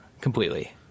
completely